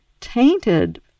tainted